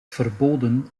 verboden